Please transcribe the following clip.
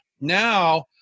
now